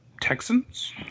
Texans